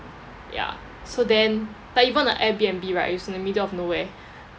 ya so then like even like airbnb right is in the middle of nowhere